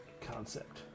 concept